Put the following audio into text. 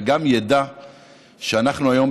וגם ידע שאנחנו היום,